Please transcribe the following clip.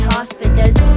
Hospitals